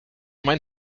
mein